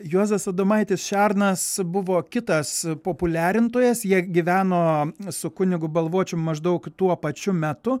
juozas adomaitis šernas buvo kitas populiarintojas jie gyveno su kunigu balvočium maždaug tuo pačiu metu